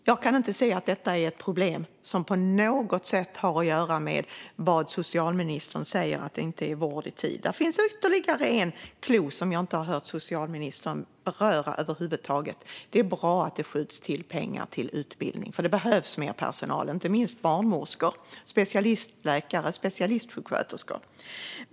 Jag kan inte se att detta är ett problem som på något sätt har att göra med vad socialministern säger om att vård inte ges i tid. Där finns ytterligare en clou som jag inte har hört socialministern beröra över huvud taget. Det är bra att det skjuts till pengar till utbildning, för det behövs mer personal, inte minst barnmorskor, specialistläkare och specialistsjuksköterskor.